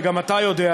וגם אתה יודע,